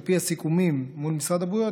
על פי הסיכומים מול משרד הבריאות,